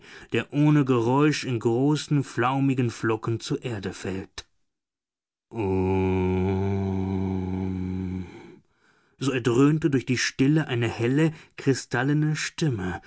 der ohne geräusch in großen flaumigen flocken zur erde fällt om so erdröhnte durch die stille eine helle kristallene stimme